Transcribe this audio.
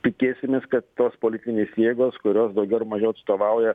tikėsimės kad tos politinės jėgos kurios daugiau ar mažiau atstovauja